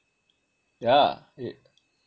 yah yah~